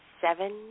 seven